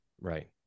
Right